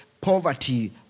Poverty